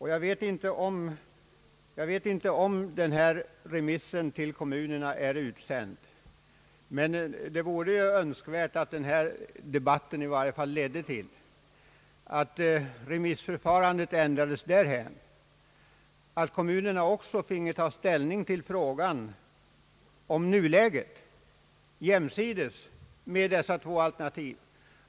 Jag vet inte, om remissen till kommunerna är utsänd, men det vore önskvärt att denna debatt i varje fall ledde till en ändring av remissförfarandet därhän, att kommunerna också finge ta ställning till frågan om nuläget jämsides med de två andra alternativen.